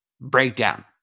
breakdown